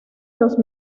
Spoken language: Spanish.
los